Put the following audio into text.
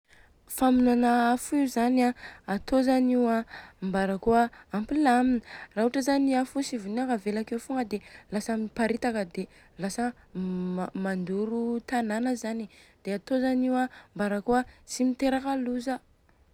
Famonoana afo io zany an atô zany io a. Mbarakôa ampilamina, raha ohatra zany i afo io tsy vonina ka avela akeo fogna dia lasa miparitaka dia lasa mandoro tanana zany, dia atô zany io an mbarakôa tsy miteraka loza.